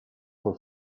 for